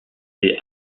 des